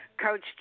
Coach